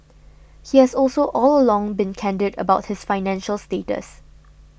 he has also all along been candid about his financial status